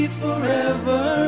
forever